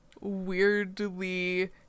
weirdly